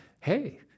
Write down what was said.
Hey